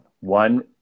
one